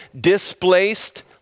displaced